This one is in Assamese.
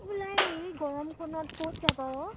ওলাই এই গৰমখনত ক'ত যাবা অ